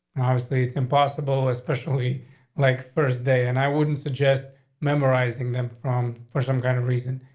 obviously, it's impossible. especially like first day. and i wouldn't suggest memorizing them from for some kind of reason.